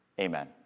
Amen